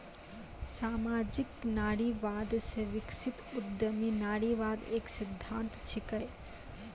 सामाजिक नारीवाद से विकसित उद्यमी नारीवाद एक सिद्धांत छिकै